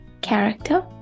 character